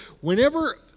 whenever